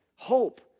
Hope